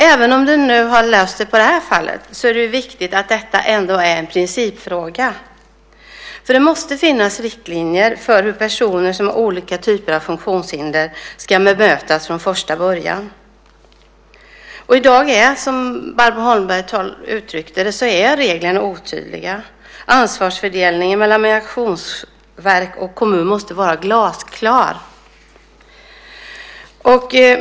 Även om det nu har löst sig i det här fallet är det viktigt att detta ändå är en principfråga. Det måste finnas riktlinjer för hur personer som har olika typer av funktionshinder ska bemötas från första början. I dag är reglerna otydliga, precis som Barbro Holmberg uttryckte. Ansvarsfördelningen mellan migrationsverk och kommun måste vara glasklar.